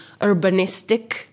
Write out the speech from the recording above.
urbanistic